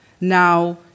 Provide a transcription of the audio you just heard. Now